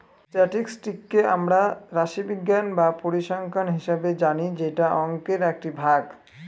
স্ট্যাটিসটিককে আমরা রাশিবিজ্ঞান বা পরিসংখ্যান হিসাবে জানি যেটা অংকের একটি ভাগ